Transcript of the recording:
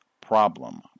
problem